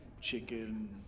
chicken